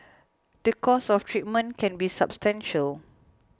the cost of treatment can be substantial